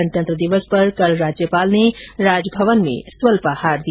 गणतंत्र दिवस पर कल राज्यपाल ने राजभवन में स्वल्पाहार दिया